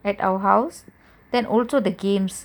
at our house then also the games